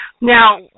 Now